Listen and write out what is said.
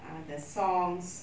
uh the songs